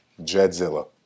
jedzilla